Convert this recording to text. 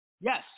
Yes